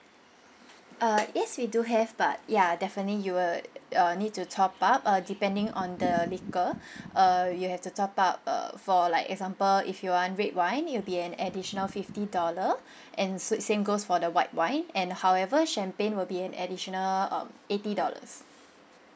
uh yes we do have but ya definitely you would uh need to top up uh depending on the liquor uh you have to top up err for like example if you want red wine it'll be an additional fifty dollar and sam~ same goes for the white wine and however champagne will be an additional um eighty dollars